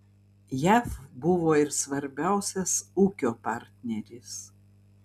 jav buvo ir svarbiausias ūkio partneris